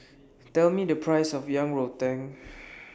Tell Me The Price of Yang Rou Tang